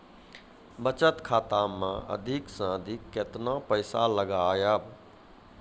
बचत खाता मे अधिक से अधिक केतना पैसा लगाय ब?